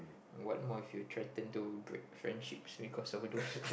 what more if you threaten to break friendship because of those